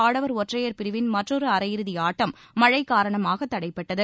ஆடவர் ஒற்றையர் பிரிவின் மற்றொரு அரையிறுதி ஆட்டம் மழை காரணமாக தடைப்பட்டது